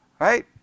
Right